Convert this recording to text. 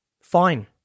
Fine